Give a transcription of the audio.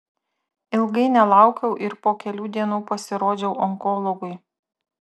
ilgai nelaukiau ir po kelių dienų pasirodžiau onkologui